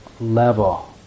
level